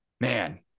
man